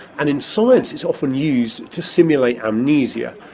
and in science, it's often used to simulate amnesia.